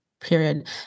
period